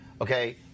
Okay